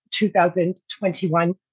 2021